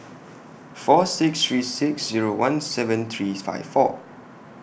four six three six Zero one seven three five four